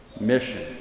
Mission